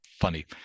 funny